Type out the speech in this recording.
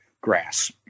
grass